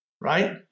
right